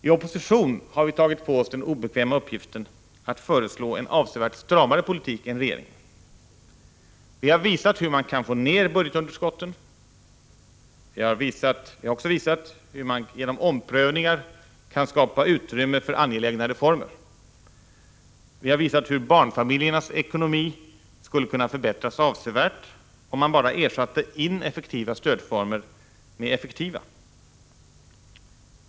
I opposition har vi tagit på oss den obekväma uppgiften att föreslå en avsevärt stramare politik än regeringen. Vi har visat hur man kan få ner budgetunderskotten. Vi har också visat hur man genom omprövningar kan skapa utrymme för angelägna reformer. Vi har visat hur barnfamiljernas ekonomi skulle kunna förbättras avsevärt om man bara ersatte ineffektiva stödformer med effektiva.